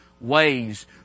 ways